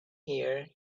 here